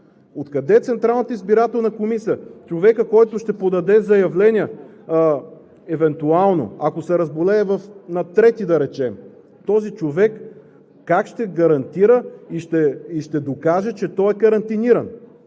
Откъде Централната избирателна комисия, човекът, който ще подаде заявление евентуално, ако се разболее на 3-ти да речем, този човек как ще гарантира и ще докаже, че той е карантиниран?